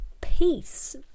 peace